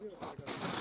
חוק חופש החוזים.